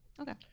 Okay